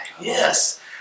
Yes